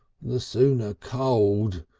the sooner cold,